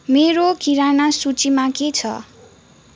मेरो किराना सूचीमा के छ